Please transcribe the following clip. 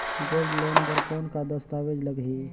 Gold loan बर कौन का दस्तावेज लगही?